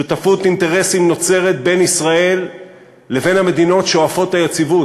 שותפות אינטרסים נוצרת בין ישראל לבין המדינות שואפות היציבות,